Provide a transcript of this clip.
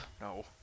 No